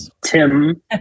Tim